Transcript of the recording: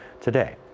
today